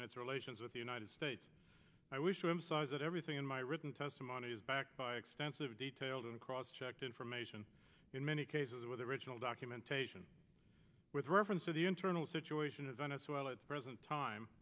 and its relations with the united states i wish to emphasize that everything in my written testimony is backed by extensive detailed and cross checked information in many cases with the original documentation with reference to the internal situation in venice while at the present time